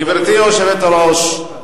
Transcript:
גברתי היושבת-ראש,